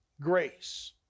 grace